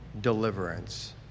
deliverance